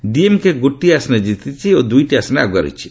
ଡିଏମ୍କେ ଗୋଟିଏ ଆସନରେ ଜିତିଛି ଓ ଦୁଇଟି ଆସନରେ ଆଗୁଆ ଅଛି